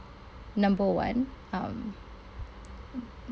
number one um